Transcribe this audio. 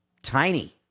tiny